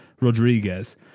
Rodriguez